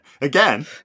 Again